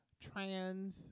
trans